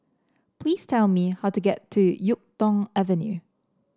please tell me how to get to YuK Tong Avenue